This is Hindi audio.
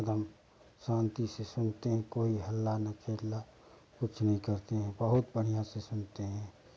एकदम शांति से सुनते हैं कोई हल्ला न खिल्ला कुछ नहीं कहते हैं बहुत बढ़िया से सुनते हैं